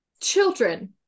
children